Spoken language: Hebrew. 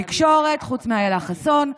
התקשורת, חוץ מאילה חסון,